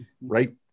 Right